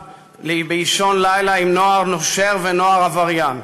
באישון לילה עם נוער נושר ונוער עבריין.